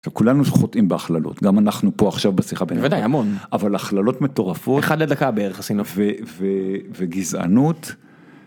כולנו שחוטאים בהכללות, גם אנחנו פה עכשיו בשיחה בין... בוודאי, המון. אבל הכללות מטורפות - אחת לדקה בערך עשינו... ו... וגזענות,